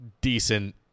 decent